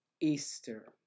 Easter